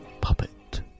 puppet